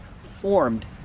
formed